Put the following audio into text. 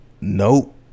Nope